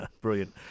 brilliant